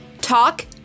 talk